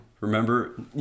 remember